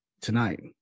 tonight